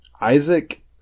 Isaac